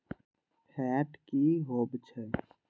Fat की होवछै?